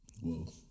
Whoa